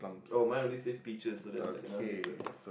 oh mine only see peaches so that's like another different